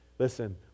Listen